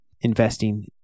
investing